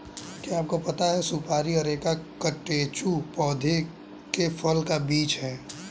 क्या आपको पता है सुपारी अरेका कटेचु पौधे के फल का बीज है?